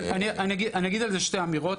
אז אני אגיד על זה שתי אמירות.